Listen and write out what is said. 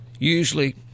usually